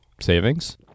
savings